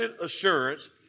assurance